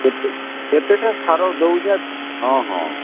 କେତେ କେତେଟା ସାର ଦେଉଛେ ହଁ ହଁ